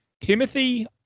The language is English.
Timothy